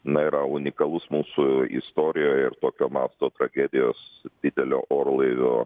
na yra unikalus mūsų istorijoje ir tokio masto tragedijos didelio orlaivio